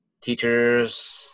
teachers